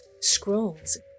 scrolls